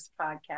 podcast